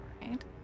right